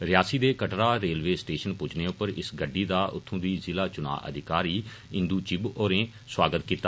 रियासी दे Katra railway station पुज्जने उप्पर इस गड्डी दा उत्थू दी जिला चुनां अधिकारी इंदू कंवल चिंब होरें सुआगत कीता